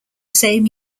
same